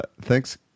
thanks